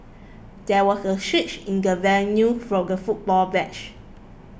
there was a switch in the venue for the football match